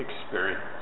experience